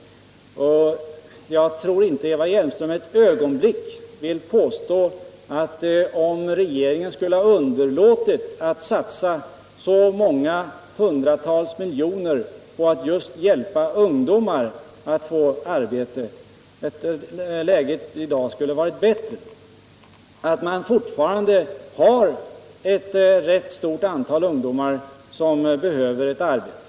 Jag tror inte att Eva Hjelmström ett ögonblick vill påstå att läget i dag skulle ha varit bättre om regeringen underlåtit att satsa så kraftfullt på att just hjälpa ungdomar att få ett arbete. Jag är beredd att erkänna att fortfarande ett för stort antal ungdomar saknar arbete.